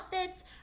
outfits